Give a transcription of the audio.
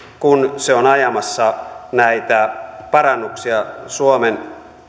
kun se on ajamassa näitä parannuksia suomen